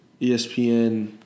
ESPN